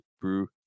brew